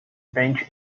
bench